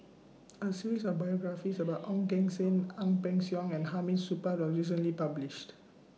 A series of biographies about Ong Keng Sen Ang Peng Siong and Hamid Supaat was recently published